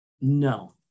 no